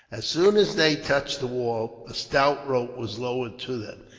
as soon as they touched the wall, a stout rope was lowered to them.